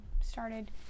started